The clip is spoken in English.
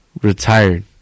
retired